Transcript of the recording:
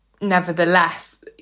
nevertheless